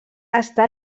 està